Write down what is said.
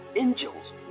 Angels